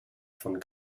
von